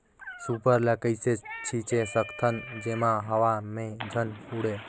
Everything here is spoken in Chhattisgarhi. सुपर ल कइसे छीचे सकथन जेमा हवा मे झन उड़े?